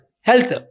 Health